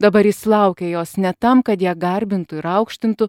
dabar jis laukė jos ne tam kad ją garbintų ir aukštintų